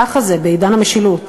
ככה זה בעידן המשילות.